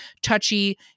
touchy